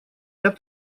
ряд